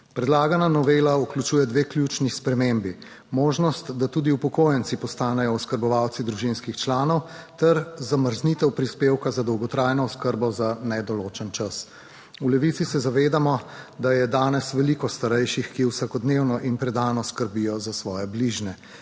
Predlagana novela vključuje dve ključni spremembi: možnost, da tudi upokojenci postanejo oskrbovalci družinskih članov ter zamrznitev prispevka za dolgotrajno oskrbo za nedoločen čas. V Levici se zavedamo, da je danes veliko starejših, ki vsakodnevno in predano skrbijo za svoje bližnje,